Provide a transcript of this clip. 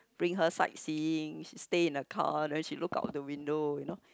bring her side seeing stay in the car and then she looks up at the window you know